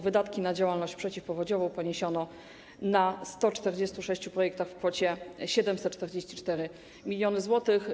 Wydatki na działalność przeciwpowodziową poniesiono na 146 projektów - w kwocie 744 mln zł.